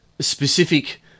specific